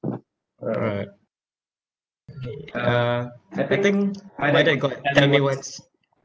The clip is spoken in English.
alright okay uh I think my dad got tell me what's